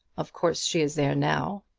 of course she is there now.